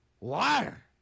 liar